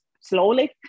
slowly